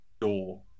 door